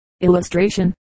Illustration